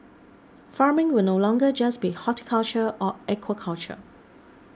farming will no longer just be horticulture or aquaculture